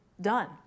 done